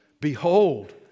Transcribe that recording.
Behold